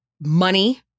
money